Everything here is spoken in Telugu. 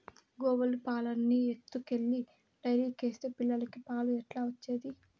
గోవుల పాలన్నీ ఎత్తుకెళ్లి డైరీకేస్తే పిల్లలకి పాలు ఎట్లా వచ్చేది